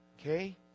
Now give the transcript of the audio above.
Okay